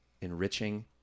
enriching